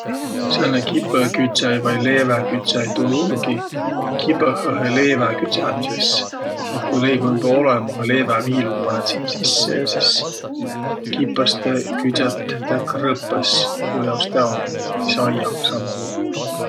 Sääne kipõkütsäi vai leeväkütsäi, tuu umbõ kibõhõhe leevä küdsämises. Et ku leib um joba olõmah ja leeväviilu panõt sinnäq sisse, sis kipõstõ küdsät taa krõpõs. Tuujaos tä umgi. Vai saiaga sama lugu.